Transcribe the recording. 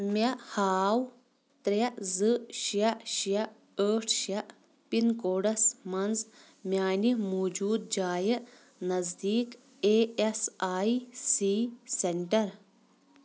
مےٚ ہاو ترٛےٚ زٕ شےٚ شےٚ ٲٹھ شےٚ پِن کوڈَس منٛز میانہِ موٗجوٗد جایہِ نزدیٖک E S I C centre